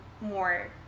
more